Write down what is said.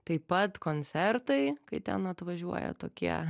taip pat koncertai kai ten atvažiuoja tokie